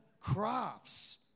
crafts